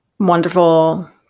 wonderful